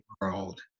world